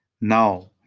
Now